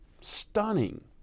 Stunning